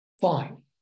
fine